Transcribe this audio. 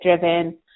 driven